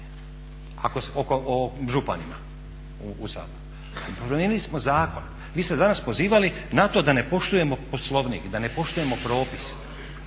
o županima u Saboru. Promijenili smo zakon. Vi ste danas pozivali na to da ne poštujemo Poslovnik, da ne poštujemo propise.